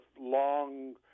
long